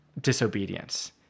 disobedience